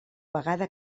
vegada